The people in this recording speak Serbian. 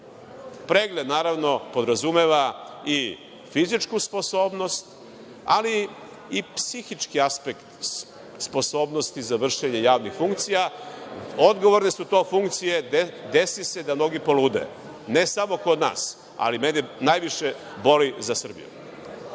Pregled podrazumeva i fizičku sposobnost, ali i psihički aspekt sposobnosti za vršenje javnih funkcija. To su odgovorne funkcije, desi se da mnogi polude, ne samo kod nas, ali mene najviše boli za Srbiju.